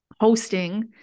hosting